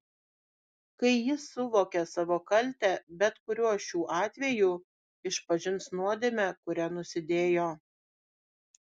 kai jis suvokia savo kaltę bet kuriuo šių atvejų išpažins nuodėmę kuria nusidėjo